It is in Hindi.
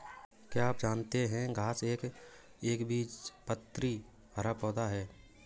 क्या आप जानते है घांस एक एकबीजपत्री हरा पौधा है?